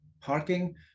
parking